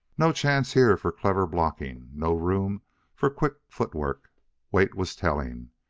no chance here for clever blocking, no room for quick foot-work weight was telling,